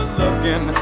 looking